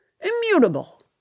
Immutable